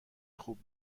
خوب